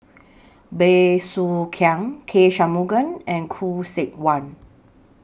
Bey Soo Khiang K Shanmugam and Khoo Seok Wan